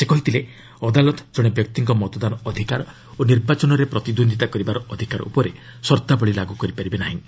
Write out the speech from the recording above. ସେ କହିଥିଲେ ଅଦାଲତ ଜଣେ ବ୍ୟକ୍ତିଙ୍କ ମତଦାନ ଅଧିକାର ଓ ନିର୍ବାଚନରେ ପ୍ରତିଦ୍ୱନ୍ଦିତା କରିବାର ଅଧିକାର ଉପରେ ସର୍ତ୍ତାବଳୀ ଲାଗୁ କରିପାରିବେ ନାହିଁ